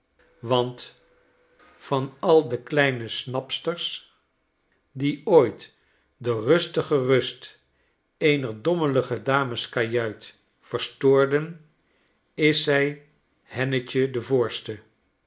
want van al de kleine snapsters die ooit de rustige rust eener dommelige dameskajuit verstoorden is zij hennetje de voorste